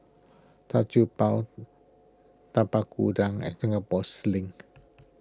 Char Siew Bao Tapak Kuda and Singapore Sling